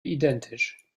identisch